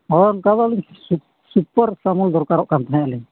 ᱦᱮᱸ ᱚᱱᱠᱟᱫᱚ ᱟᱫᱚ ᱥᱩᱯᱟᱨ ᱥᱟᱢᱚᱞ ᱫᱚᱨᱠᱟᱨᱚᱜ ᱠᱟᱱ ᱛᱟᱦᱮᱸᱫ ᱟᱞᱤᱧ